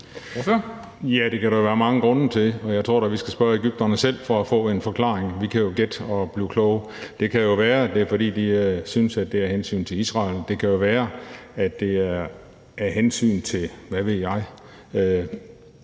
Det kan der jo være mange grunde til. Jeg tror da, at vi skal spørge egypterne selv for at få en forklaring. Vi kan jo kun gætte, men det kan være, at det er af hensyn til Israel. Det kan være, at det måske er af hensyn til, hvad ved jeg,